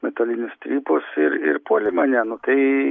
metalinius strypus ir ir puolė mane nu tai